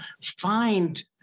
find